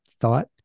thought